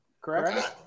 Correct